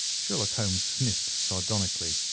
sherlock holmes sniffed sardonically.